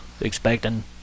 expecting